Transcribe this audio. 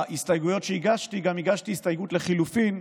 בהסתייגויות שהגשתי גם הגשתי הסתייגות לחלופין,